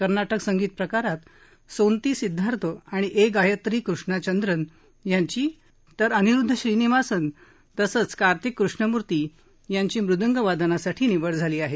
कर्नाटक संगीत प्रकारात सोनती सिद्धार्थ आणि ए गायत्री कृष्णा चंद्रन यांची शास्त्रीय गायनात तर अनिरुद्ध श्रीनिवासन तसंच कार्तिक कृष्णमुर्ती यांची मृदंग वादनासाठी निवड झाली आहे